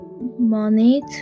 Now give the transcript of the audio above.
money